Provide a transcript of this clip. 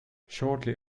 shortly